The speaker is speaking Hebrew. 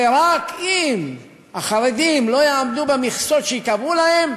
ורק אם החרדים לא יעמדו במכסות שייקבעו להם,